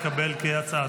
כהצעת